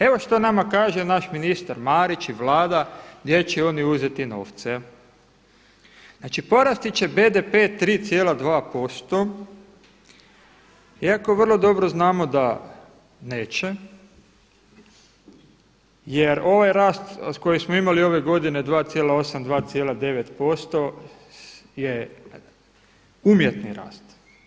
Evo što nama kaže naš ministra Marić i Vlada gdje će oni uzeti novce, znači porasti će BDP 3,2% iako vrlo dobro znamo da neće jer ovaj rast koji smo imali ove godine 2,8, 2,9% je umjetni rast.